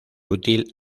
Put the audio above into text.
útil